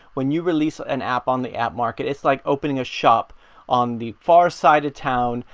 when you release an app on the app market, it's like opening a shop on the far side of town,